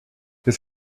his